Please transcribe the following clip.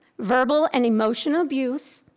verbal and emotional abuse,